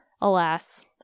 alas